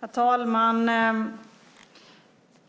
Herr talman!